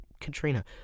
Katrina